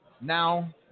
Now